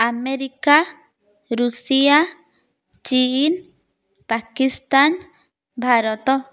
America Russia ଚିନ୍ ପାକିସ୍ଥାନ ଭାରତ